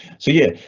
so yeah,